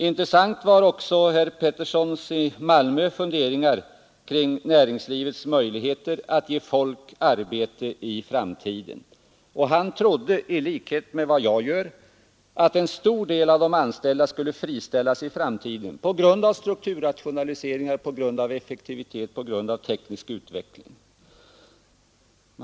Intressant var också herr Arne Petterssons i Malmö funderingar kring näringslivets möjligheter att ge folk arbete i framtiden. Han trodde, i likhet med mig, att en stor del av de anställda skulle friställas i framtiden på grund av strukturrationaliseringar, på grund av ökande effektivitet och på grund av den tekniska utvecklingen.